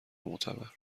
معتبر